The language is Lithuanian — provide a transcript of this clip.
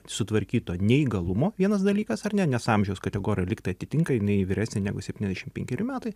sutvarkyto neįgalumo vienas dalykas ar ne nes amžiaus kategoriją lyg tai atitinka jinai vyresnė negu septyniasdešim penkeri metai